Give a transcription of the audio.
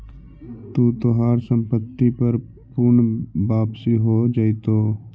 तू तोहार संपत्ति पर पूर्ण वापसी हो जाएतो